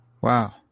Wow